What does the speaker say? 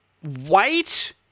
white